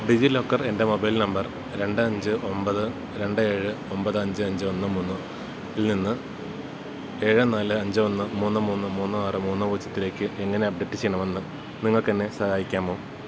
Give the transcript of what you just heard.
ഡിജി locker എൻ്റെ mobile number രണ്ട് അഞ്ച് ഒമ്പത് രണ്ട് ഏഴ് ഒമ്പത് അഞ്ച് അഞ്ച് ഒന്ന് മൂന്നിൽ നിന്ന് ഏഴ് നാല് അഞ്ച് ഒന്ന് മൂന്ന് മൂന്ന് മൂന്ന് ആറ് മൂന്ന് പൂജ്യത്തിലേക്ക് എങ്ങനെ അപ്ഡേറ്റ് ചെയ്യണമെന്ന് നിങ്ങൾക്കെന്നെ സഹായിക്കാമോ